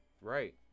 Right